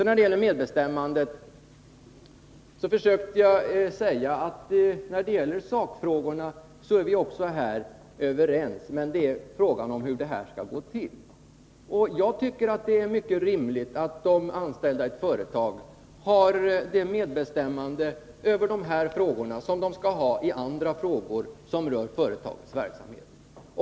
När det gällde medbestämmandet försökte jag säga att vi är överens när det gäller sakfrågorna också här, men frågan gäller hur det skall gå till. Jag tycker det är mycket rimligt att de anställda i ett företag i dessa frågor har det medbestämmande som de har i andra frågor som rör företagets verksamhet.